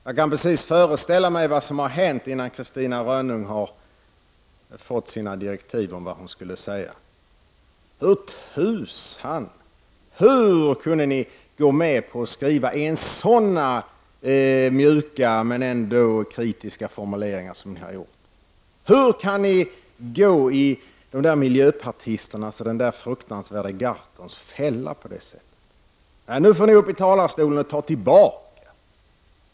Jag kan precis föreställa mig vad som har hänt innan Catarina Rönnung har fått sina direktiv om vad hon skulle säga: ”Hur tusan kunde ni gå med på att skriva ens sådana mjuka — men ändå kritiska — formuleringar? Hur kan ni gå i de där miljöpartisternas och den där fruktansvärde Gahrtons fälla på det sättet? Nej, nu får ni gå upp i talarstolen och ta tillbaka.